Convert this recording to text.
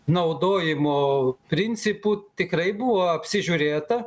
naudojimo principų tikrai buvo apsižiūrėta